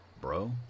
bro